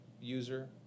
user